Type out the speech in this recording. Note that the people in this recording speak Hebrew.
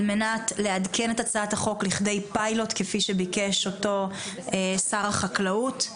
מנת לעדכן את הצעת החוק לכדי פיילוט כפי שביקש אותו שר החקלאות.